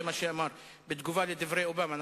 זה מה שאמרת בתגובה על דברי אובמה.